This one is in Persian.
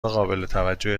قابلتوجه